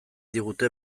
digute